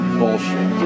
bullshit